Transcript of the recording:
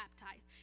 baptized